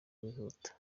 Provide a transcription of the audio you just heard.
wihuta